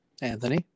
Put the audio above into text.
Anthony